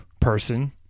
person